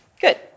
good